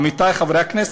עמיתי חברי הכנסת,